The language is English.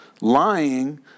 lying